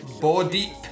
body